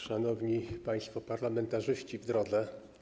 Szanowni Państwo Parlamentarzyści w Drodze!